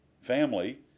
family